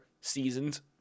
seasons